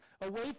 away